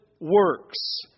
works